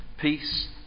peace